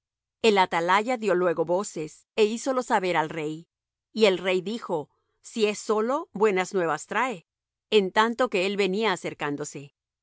el atalaya dió luego voces é hízolo saber al rey y el rey dijo si es solo buenas nuevas trae en tanto que él venía acercándose